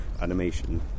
animation